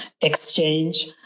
exchange